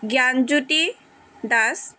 Gyanjyoti Das